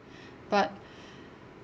but